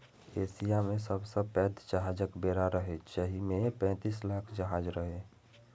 Asia मे सबसं पैघ जहाजक बेड़ा रहै, जाहि मे पैंतीस लाख जहाज रहै